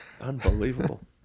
Unbelievable